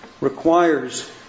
requires